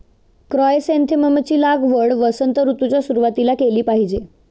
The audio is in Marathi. क्रायसॅन्थेमम ची लागवड वसंत ऋतूच्या सुरुवातीला केली पाहिजे